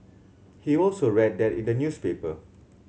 he also read that in the newspaper